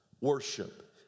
worship